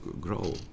grow